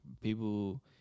people